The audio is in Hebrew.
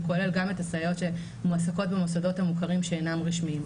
כולל גם את הסייעות שמועסקות במוסדות המוכרים שאינם רשמיים.